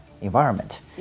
environment